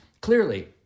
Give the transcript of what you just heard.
clearly